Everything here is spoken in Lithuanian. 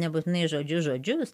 nebūtinai žodžius žodžius